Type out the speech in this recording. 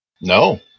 No